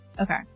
Okay